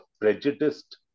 prejudiced